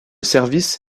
service